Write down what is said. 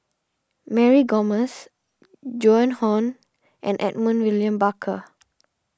Mary Gomes Joan Hon and Edmund William Barker